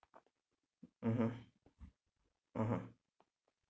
(uh huh) (uh huh)